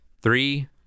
Three